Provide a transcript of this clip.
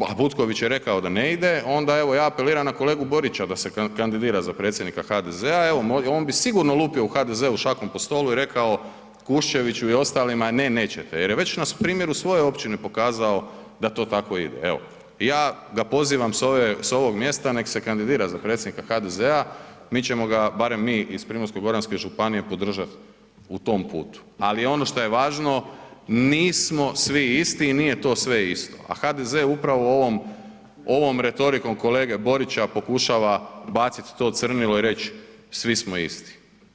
a Butković je rekao da ne ide, onda evo ja apeliram na kolegu Borića da se kandidira za predsjednika HDZ-a, evo on bi sigurno lupio u HDZ-u šakom po stolu i rekao Kuščeviću i ostalima ne nećete jer je već na primjeru svoje općine pokazao da to tako ide, evo ja ga pozivam s ovog mjesta nek se kandidira za predsjednika HDZ-a, mi ćemo ga, barem mi iz Primorsko-goranske županije podržat u tom putu, ali ono šta je važno nismo svi isti i nije to sve isto, a HDZ upravo ovom retorikom kolege Borića pokušava bacit to crnilo i reć svi smo isti.